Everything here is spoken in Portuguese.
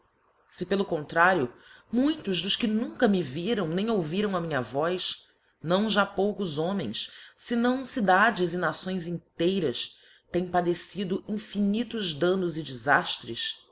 se pelo contrario muitos dos que nunca me vi nem ouviram a minha voz não já poucos homens senão cidades e nações inteiras teem padecido infini damnos e defaftres